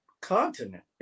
continent